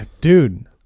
Dude